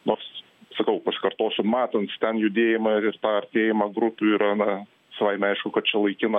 nors sakau pasikartosiu matant ten judėjimą ir ir tą artėjimą grupių yra na savaime aišku kad čia laikina